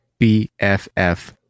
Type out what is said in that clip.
BFF